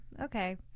okay